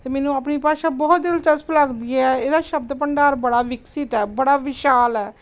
ਅਤੇ ਮੈਨੂੰ ਆਪਣੀ ਭਾਸ਼ਾ ਬਹੁਤ ਦਿਲਚਸਪ ਲੱਗਦੀ ਹੈ ਇਹਦਾ ਸ਼ਬਦ ਭੰਡਾਰ ਬੜਾ ਵਿਕਸਿਤ ਹੈ ਬੜਾ ਵਿਸ਼ਾਲ ਹੈ